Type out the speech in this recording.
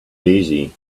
easy